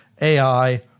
AI